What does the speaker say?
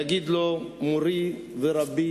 להגיד לו: מורי ורבי,